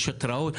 יש התראות?